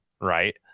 Right